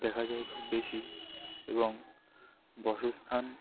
দেখা যায় খুব বেশি এবং বাসস্থান